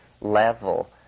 level